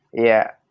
yeah.